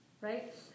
right